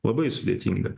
labai sudėtinga